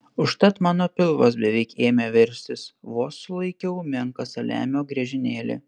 užtat mano pilvas beveik ėmė verstis vos sulaikiau menką saliamio griežinėlį